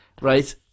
Right